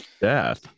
death